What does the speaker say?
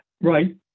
Right